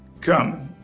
come